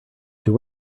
too